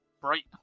bright